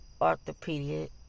orthopedic